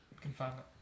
Confinement